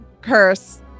curse